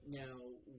now